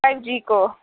five G को